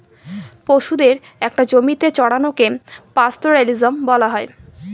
পশুদের একটা জমিতে চড়ানোকে পাস্তোরেলিজম বলা হয়